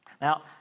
Now